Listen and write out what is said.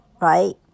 right